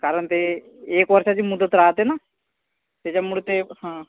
कारण ते एक वर्षाची मुदत राहते ना त्याच्यामुळे ते